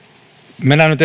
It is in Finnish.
mennään nyt